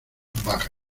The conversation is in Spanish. baja